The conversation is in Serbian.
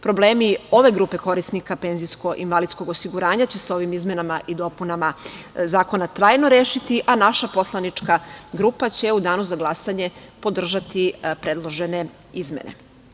Problemi ove grupe korisnika penzijskog i invalidskog osiguranja, sa ovim izmenama i dopunama zakona će se trajno rešiti, a naša poslanička grupa će u danu za glasanje podržati predložene izmene.